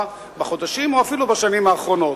בחודשים האחרונים או אפילו בשנים האחרונות.